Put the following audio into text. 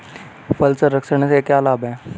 फल संरक्षण से क्या लाभ है?